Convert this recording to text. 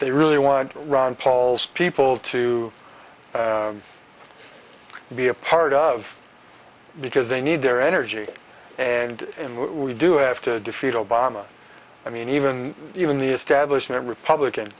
they really want ron paul's people to be a part of it because they need their energy and we do have to defeat obama i mean even even the establishment republican